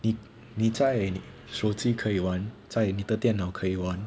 你你在手机可以玩在你的电脑可以玩